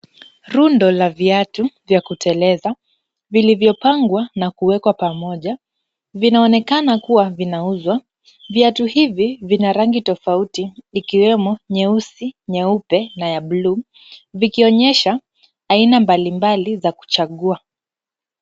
Rundo la viatu vya kuteleza, vilivyopangwa na kuwekwa pamoja, vinaonekana kuwa vinauzwa. Viatu hivi vina rangi tofauti ikiwemo nyeusi, nyeupe na ya buluu. Vikionyesha aina mbalimbali za kuchagua.